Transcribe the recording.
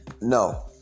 No